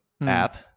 app